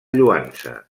lloança